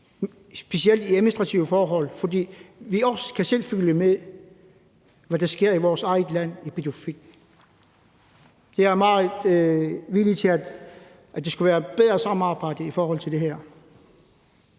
specielt i administrative forhold, så vi også selv kan følge med i, hvad der sker i Pituffik i vores eget land. Jeg er meget indstillet på, at der skal være et bedre samarbejde i forhold til det her.